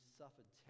suffered